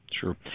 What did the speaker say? Sure